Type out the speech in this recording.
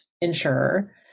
insurer